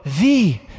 thee